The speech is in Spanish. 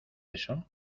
eso